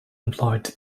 employed